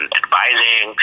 advising